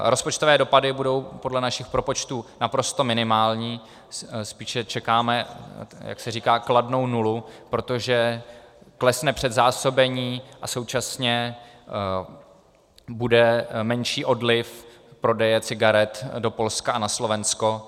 Rozpočtové dopady budou podle našich propočtů naprosto minimální, spíše čekáme, jak se říká, kladnou nulu, protože klesne předzásobení a současně bude menší odliv prodeje cigaret do Polska a na Slovensko.